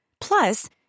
Plus